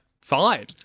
fine